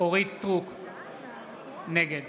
נגד